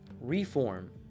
Reform